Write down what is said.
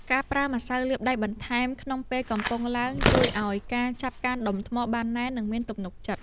ការប្រើម្សៅលាបដៃបន្ថែមក្នុងពេលកំពុងឡើង ជួយឱ្យការចាប់កាន់ដុំថ្មបានណែន និងមានទំនុកចិត្ត។